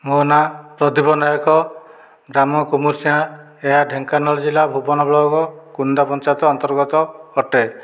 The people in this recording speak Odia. ମୋ ନାଁ ପ୍ରଦୀପ ନାୟକ ଗ୍ରାମ କୁମୁରସିଂହା ଏହା ଢ଼େଙ୍କାନାଳ ଜିଲ୍ଲା ଭୁବନ ବ୍ଲକ୍ କୁଣ୍ଡା ପଞ୍ଚାୟତ ଅନ୍ତର୍ଗତ ଅଟେ